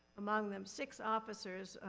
among them six officers,